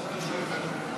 רב מאוד